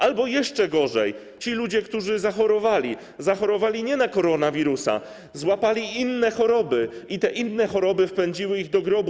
Albo jeszcze gorzej: chodzi o tych ludzi, którzy zachorowali - zachorowali nie na koronawirusa, złapali inne choroby i te inne choroby wpędziły ich do grobu.